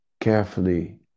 carefully